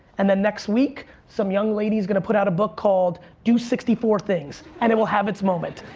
and then next week, some young lady's gonna put out a book called, do sixty four things and it will have its moment.